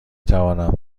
توانم